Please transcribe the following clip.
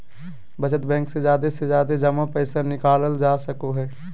बचत बैंक से जादे से जादे जमा पैसा निकालल जा सको हय